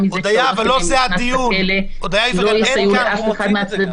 מזה --- שלהם נכנס לכלא לא יסייעו לאף אחד מהצדדים.